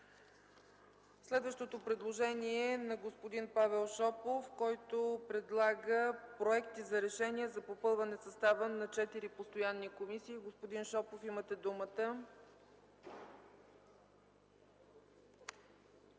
Следващото предложение е на господин Павел Шопов, който предлага проекти за решения за попълване състава на четири постоянни комисии. Господин Шопов, имате думата.